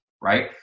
right